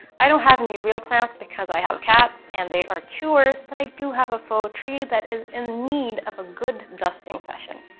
i don't have any real plants because i have cats and they are chewers, but i do have a faux tree that is in need of a good dusting session.